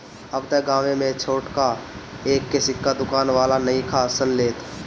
अब त गांवे में छोटका एक के सिक्का दुकान वाला नइखन सन लेत